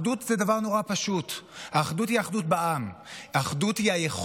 אחדות היא דבר נורא פשוט, אחדות היא אחדות בעם.